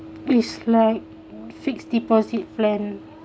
it's like fixed deposit plan